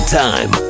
time